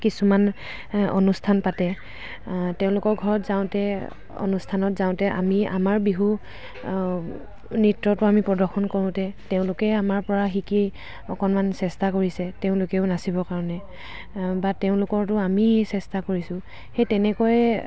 কিছুমান অনুষ্ঠান পাতে তেওঁলোকৰ ঘৰত যাওঁতে অনুষ্ঠানত যাওঁতে আমি আমাৰ বিহু নৃত্যটো আমি প্ৰদৰ্শন কৰোঁতে তেওঁলোকেই আমাৰ পৰা শিকি অকণমান চেষ্টা কৰিছে তেওঁলোকেও নাচিবৰ কাৰণে বা তেওঁলোকৰতো আমি চেষ্টা কৰিছোঁ সেই তেনেকৈয়ে